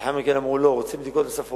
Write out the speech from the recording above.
לאחר מכן אמרו: לא, רוצים בדיקות נוספות.